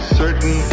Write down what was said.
certain